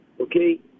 Okay